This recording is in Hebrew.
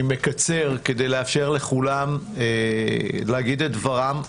אני מקצר כדי לאפשר לכולם להגיד את דבריהם.